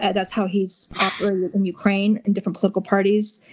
and that's how he's operated in ukraine and different political parties.